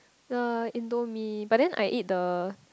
ya indomie but then I eat the